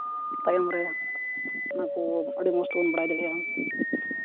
ᱛᱟᱭᱚᱢ ᱨᱮ ᱚᱱᱟ ᱠᱚ ᱟᱹᱰᱤ ᱢᱚᱡᱽ ᱛᱮᱵᱚᱱ ᱵᱟᱲᱟᱭ ᱫᱟᱲᱮᱭᱟᱜᱼᱟ